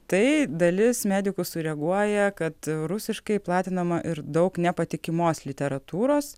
tai dalis medikų sureaguoja kad rusiškai platinama ir daug nepatikimos literatūros